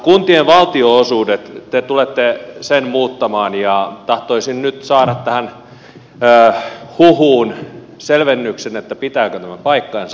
kuntien valtionosuudet te tulette ne muuttamaan ja tahtoisin nyt saada tähän huhuun selvennyksen pitääkö tämä paikkansa